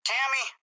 Tammy